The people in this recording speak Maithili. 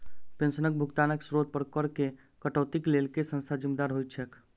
पेंशनक भुगतानक स्त्रोत पर करऽ केँ कटौतीक लेल केँ संस्था जिम्मेदार होइत छैक?